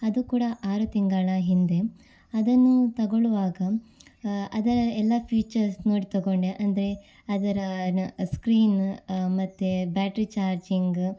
ಅದು ಕೂಡ ಆರು ತಿಂಗಳ ಹಿಂದೆ ಅದನ್ನು ತಗೊಳ್ಳುವಾಗ ಅದರ ಎಲ್ಲ ಫೀಚರ್ಸ್ ನೋಡಿ ತೊಗೊಂಡೆ ಅಂದರೆ ಅದರ ಸ್ಕ್ರೀನ ಮತ್ತು ಬ್ಯಾಟ್ರಿ ಚಾರ್ಜಿಂಗ